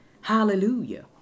Hallelujah